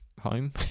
home